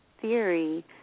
theory